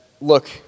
look